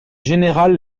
général